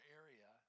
area